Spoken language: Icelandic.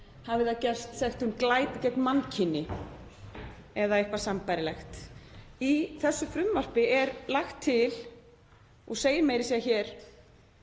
hafi það gerst sekt um glæp gegn mannkyni eða eitthvað sambærilegt. Í þessu frumvarpi er lagt til og segir meira að